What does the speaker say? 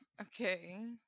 Okay